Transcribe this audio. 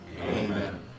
Amen